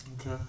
Okay